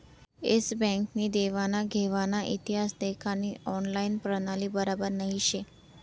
S bank नी देवान घेवानना इतिहास देखानी ऑनलाईन प्रणाली बराबर नही शे